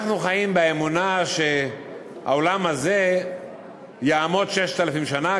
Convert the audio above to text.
אנחנו חיים באמונה שהעולם הזה יעמוד 6,000 שנה,